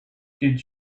did